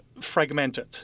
fragmented